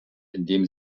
indem